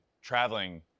traveling